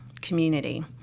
community